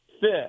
Fifth